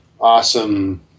awesome